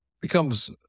becomes